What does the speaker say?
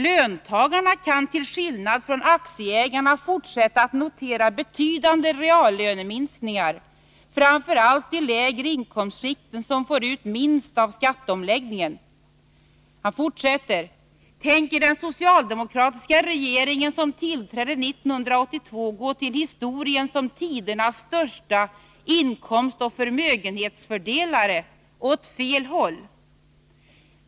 Löntagarna kan till skillnad från aktieägarna fortsätta att notera betydande reallöneminskningar, framförallt de lägre inkomstskikten som får ut minst av skatteomläggningen.” Jag citerar vidare: ”Tänker den socialdemokratiska regeringen som tillträdde 1982 gå till historien som tidernas största inkomstoch förmögen hetsfördelare — åt fel håll?